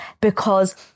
because-